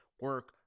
Work